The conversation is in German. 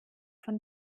von